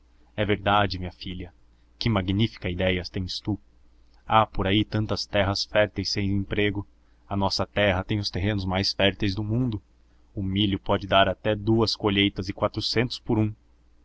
é verdade minha filha que magnífica idéia tens tu há por aí tantas terras férteis sem emprego a nossa terra tem os terrenos mais férteis do mundo o milho pode dar até duas colheitas e quatrocentos por um